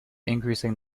increasing